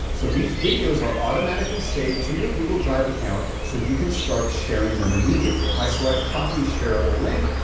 so these videos are automatically saved to your google drive account, so you can start sharing them immediately. if i select copy shareable link,